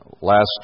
last